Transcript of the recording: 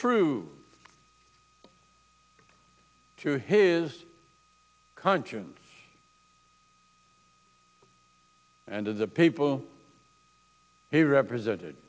true to his conscience and to the people he represented